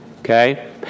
Okay